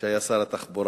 שהיה שר התחבורה.